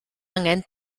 angen